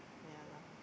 ya lah